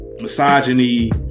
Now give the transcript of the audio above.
misogyny